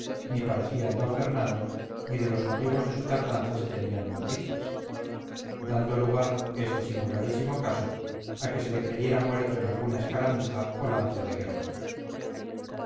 ni parecía el d fernando ni de los motivos de su tardanza se tenía noticias dando lugar este singularísimo caso a que se le creyera muerto en alguna escaramuza o lance de guerra